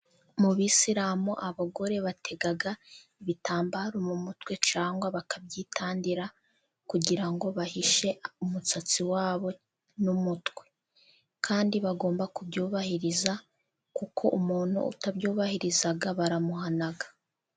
Mu bisilamu abagore batega ibitambaro mu mutwe cyangwa bakabyitandira, kugira ngo bahishe umusatsi wabo n'umutwe kandi bagomba kubyubahiriza kuko umuntu utabyubahiriza baramuhana.